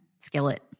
skillet